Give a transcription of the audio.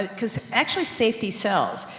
ah because actually, safety sells.